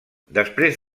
després